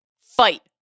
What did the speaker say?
fight